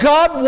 God